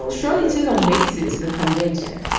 shirley chisholm makes it to the convention,